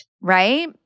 Right